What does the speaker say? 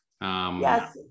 Yes